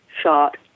shot